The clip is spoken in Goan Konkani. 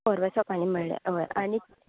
परवां सकाळीं म्हळ्यार हय आनीक